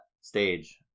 stage